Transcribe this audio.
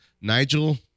Nigel